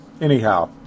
Anyhow